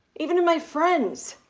even to my friends.